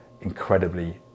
incredibly